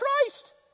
Christ